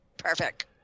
Perfect